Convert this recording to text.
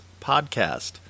podcast